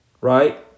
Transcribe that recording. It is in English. right